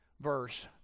verse